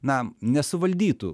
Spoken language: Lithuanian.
na nesuvaldytų